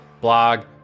blog